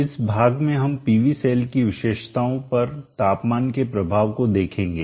इस भाग में हम PV सेल की विशेषताओं पर तापमान के प्रभाव को देखेंगे